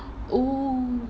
oh